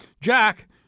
Jack